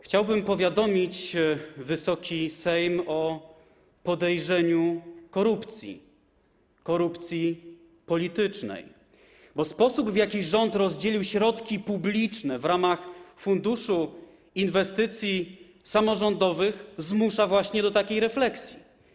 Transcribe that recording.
Chciałbym powiadomić Wysoki Sejm o podejrzeniu zaistnienia korupcji, korupcji politycznej, bo sposób, w jaki rząd rozdzielił środki publiczne w ramach funduszu inwestycji samorządowych zmusza właśnie do takiej refleksji.